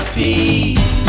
peace